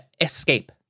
escape